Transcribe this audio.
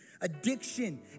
addiction